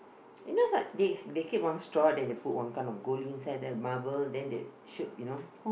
you know is like they they keep one straw then they put one kind of gold inside there marble then they shoot you know